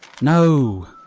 No